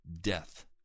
Death